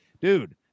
Dude